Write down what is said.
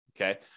okay